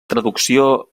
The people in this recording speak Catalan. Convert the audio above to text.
traducció